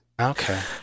Okay